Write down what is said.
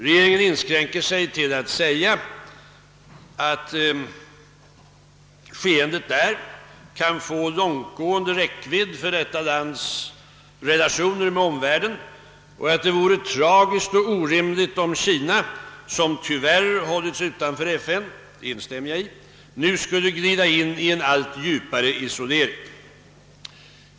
Regeringen inskränker sig till att säga att skeendet där kan få långtgående räckvidd för landets relationer med omvärlden och att det vore tragiskt och orimligt om Kina, som tyvärr hållits utanför FN — däri instämmer jag — nu skulle glida in i en allt djupare isolering.